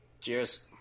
Cheers